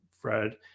Fred